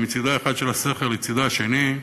מצדו האחד של הסכר לצדו השני,